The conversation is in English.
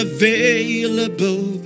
available